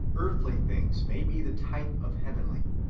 earthly things may be the type of heavenly,